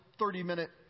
30-minute